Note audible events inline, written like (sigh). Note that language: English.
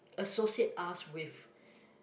associate us with (noise)